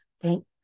Thank